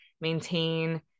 maintain